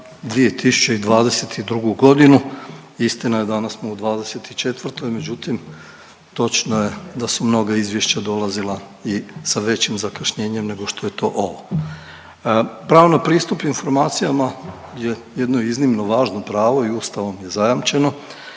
2022.g., istina danas smo u '24., međutim točno je da su mnoga izvješća dolazila i sa većim zakašnjenjem nego što je to ovo. Pravno pristup informacijama je jedno iznimno važno pravo i ustavom je zajamčeno